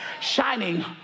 shining